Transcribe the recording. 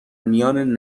میان